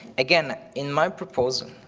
again, in my proposal,